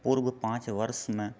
पूर्व पाँच वर्षमे